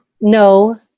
no